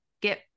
get